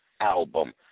album